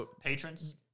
patrons